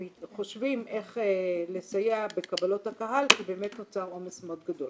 חושבים איך לסייע בקבלת הקהל כי באמת נוצר עומס מאוד גדול.